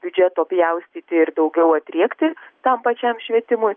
biudžeto pjaustyti ir daugiau atriekti tam pačiam švietimui